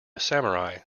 samurai